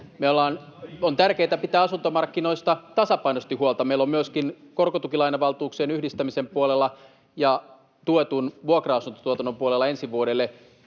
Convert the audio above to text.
On tärkeätä pitää asuntomarkkinoista tasapainoisesti huolta. Meillä on myöskin korkotukilainavaltuuksien yhdistämisen puolella ja tuetun vuokra-asuntotuotannon puolella ensi vuodelle